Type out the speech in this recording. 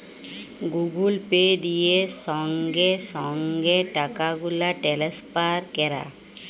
Google Pay দিয়ে সংগে সংগে টাকাগুলা টেলেসফার ক্যরা